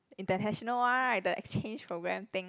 international one right the exchange program thing